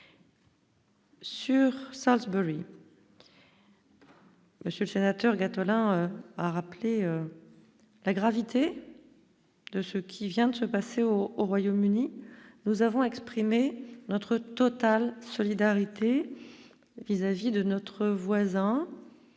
Sur sa Bery. Monsieur le sénateur Gattolin a rappelé la gravité de ce qui vient de se passer au au Royaume-Uni, nous avons exprimé notre totale solidarité vis-à-vis de notre voisin,